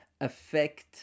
affect